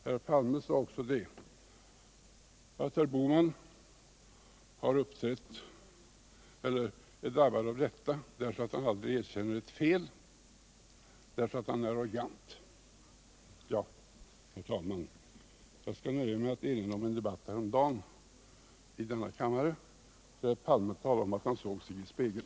Herr Palme sade också att det är rätt person som drabbas, eftersom denne aldrig erkänner ett fel och är arrogant. Herr talman! Jag skall nöja mig med att erinra om en debatt häromdagen i kammaren där herr Palme talade om att han såg sig i spegeln.